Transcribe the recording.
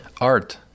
art